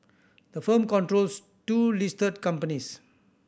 the firm controls two listed companies